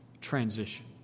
transition